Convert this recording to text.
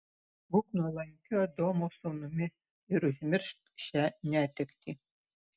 būk nuolankiu adomo sūnumi ir užmiršk šią netektį